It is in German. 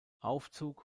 aufzug